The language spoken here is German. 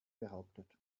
behauptet